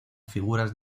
figuras